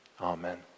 Amen